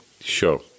sure